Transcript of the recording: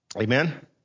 amen